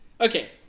Okay